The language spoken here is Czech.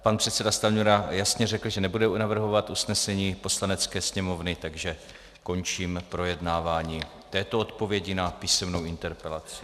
Pan předseda Stanjura jasně řekl, že nebude navrhovat usnesení Poslanecké sněmovny, takže končím projednávání této odpovědi na písemnou interpelaci.